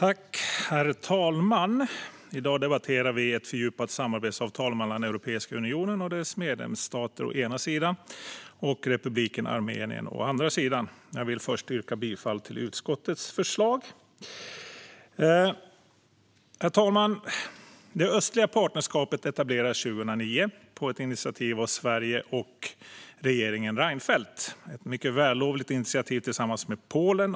Herr talman! I dag debatterar vi ett fördjupat samarbetsavtal mellan Europeiska unionen och dess medlemsstater å ena sidan och Republiken Armenien å andra sidan. Jag vill först yrka bifall till utskottets förslag. Herr talman! Östliga partnerskapet etablerades 2009 på initiativ av Sverige och regeringen Reinfeldt. Det var ett mycket vällovligt initiativ som togs tillsammans med Polen.